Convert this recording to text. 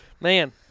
Man